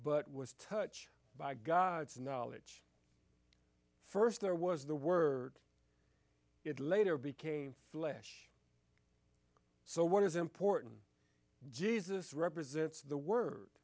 but was touch by god's knowledge first there was the word it later became flesh so what is important jesus represents the word